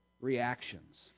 reactions